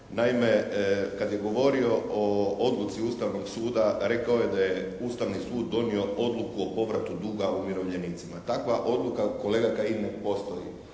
Naime, kad je govorio o odluci Ustavnog suda rekao je da je Ustavni sud donio odluku o povratu duga umirovljenicima. Takva odluka kolega Kajin ne postoji.